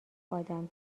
آدم